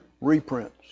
reprints